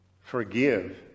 Forgive